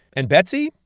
and betsey,